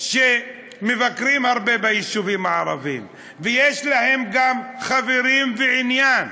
שמבקרים הרבה ביישובים הערביים ויש להם גם חברים ועניין: